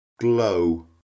glow